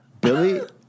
Billy